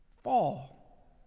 Fall